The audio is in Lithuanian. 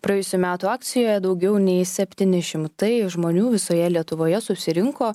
praėjusių metų akcijoje daugiau nei septyni šimtai žmonių visoje lietuvoje susirinko